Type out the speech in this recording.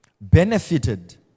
benefited